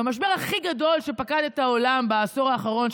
במשבר הכי גדול שפקד את העולם בעשור האחרון,